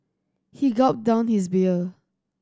he gulped down his beer